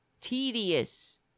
Tedious